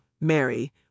Mary